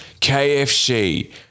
KFC